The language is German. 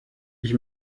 ich